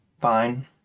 fine